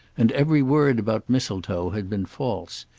and every word about mistletoe had been false.